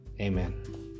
Amen